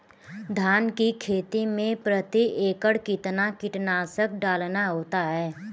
धान की खेती में प्रति एकड़ कितना कीटनाशक डालना होता है?